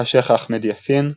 השייח אחמד יאסין,